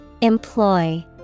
Employ